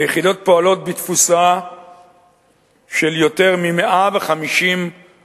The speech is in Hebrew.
היחידות פועלות בתפוסה של יותר מ-150%.